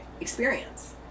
experience